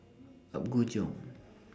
Apgujeong